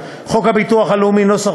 71. חוק הביטוח הלאומי ,